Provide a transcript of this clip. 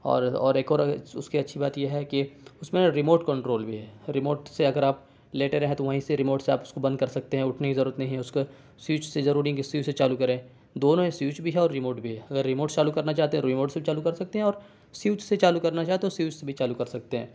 اور اور ایک اور اس کی اچھی بات یہ ہے کہ اس میں ریموٹ کنٹرول بھی ہے ریموٹ سے اگر آپ لیٹے رہیں تو وہیں سے ریموٹ سے آپ اس کو بند کر سکتے ہیں اٹھنے کی ضرورت نہیں ہے اس کا سوئچ سے ضروری نہیں کہ سوئچ سے چالو کریں دونوں ہے سوئچ بھی ہے اور ریموٹ بھی ہے اگر ریموٹ سے چالو کرنا چاہتے ہیں تو ریموٹ سے بھی چالو کر سکتے ہیں اور سوئچ سے چالو کرنا چاہیں تو سوئچ سے بھی چالو کر سکتے ہیں